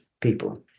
people